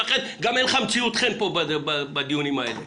ולכן גם אין לך מציאת חן פה בדיונים האלה.